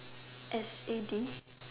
F A D